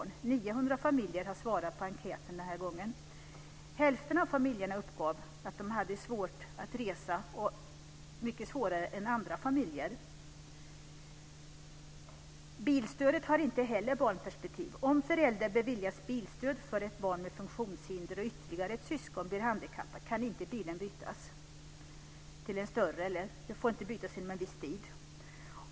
900 familjer har svarat på enkäten den här gången. Hälften av familjerna uppgav att de hade svårt att resa och mycket svårare än andra familjer. Bilstödet har inte heller barnperspektiv. Om en förälder beviljas bilstöd för ett barn med funktionshinder och ytterligare ett syskon blir handikappat kan inte bilen bytas till en större eller inte inom en viss tid.